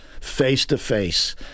face-to-face